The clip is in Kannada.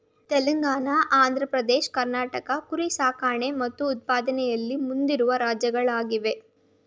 ತೆಲಂಗಾಣ ಆಂಧ್ರ ಪ್ರದೇಶ್ ಕರ್ನಾಟಕ ಕುರಿ ಸಾಕಣೆ ಮತ್ತು ಉತ್ಪಾದನೆಯಲ್ಲಿ ಮುಂದಿರುವ ರಾಜ್ಯಗಳಾಗಿವೆ